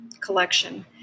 collection